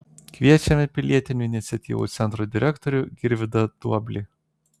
kviečiame pilietinių iniciatyvų centro direktorių girvydą duoblį